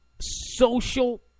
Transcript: social